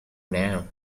now